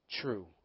true